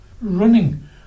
running